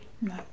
No